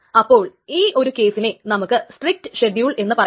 അപ്പോൾ ഈ ഒരു കേസിനെ നമുക്ക് സ്ട്രീക്ട് ഷെഡ്യൂൾ എന്നു പറയാം